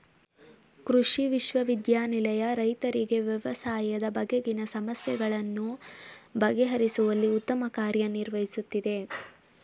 ಕೃಷಿ ವಿಶ್ವವಿದ್ಯಾನಿಲಯ ರೈತರಿಗೆ ವ್ಯವಸಾಯದ ಬಗೆಗಿನ ಸಮಸ್ಯೆಗಳನ್ನು ಬಗೆಹರಿಸುವಲ್ಲಿ ಉತ್ತಮ ಕಾರ್ಯ ನಿರ್ವಹಿಸುತ್ತಿದೆ